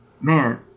Man